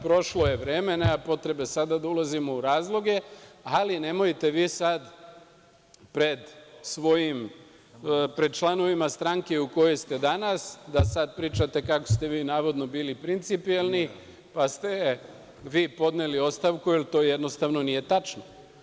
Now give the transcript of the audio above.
Prošlo je vreme i nema potrebe sada da ulazimo u razloge, ali nemojte sada pred članovima stranke u kojoj ste danas da pričate kako ste navodno bili principijelni, pa ste podneli ostavku, jer to nije tačno.